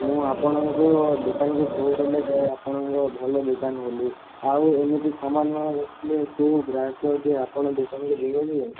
ମୁଁ ଆପଣଙ୍କୁ ଦୋକାନ କୁ ସବୁବେଳେ ଯାଏ ଆପଣଙ୍କର ଭଲ ଦୋକାନ ବୋଲି ଆଉ ଏମିତି ସାମାନ ରଖିଲେ କେଉଁ ଗ୍ରାହକ ଯେ ଆପଣଙ୍କ ଦୋକାନକୁ ଯିବ କି